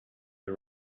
the